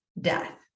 death